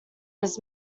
his